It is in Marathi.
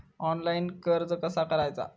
ऑनलाइन कर्ज कसा करायचा?